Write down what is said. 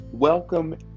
Welcome